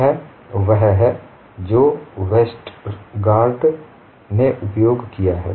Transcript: यह वह है जो वेस्टरगार्ड ने उपयोग किया है